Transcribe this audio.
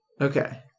Okay